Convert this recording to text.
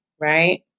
right